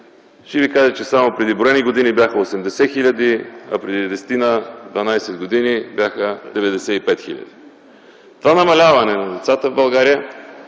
Ще ви кажа, че само преди броени години бяха 80 хил., а преди 10-12 години бяха 95 хил. Това намаляване на децата в България